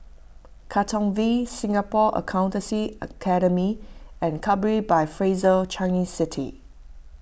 Katong V Singapore Accountancy Academy and Capri by Fraser Changi City